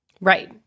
Right